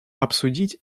обсудить